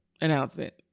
announcement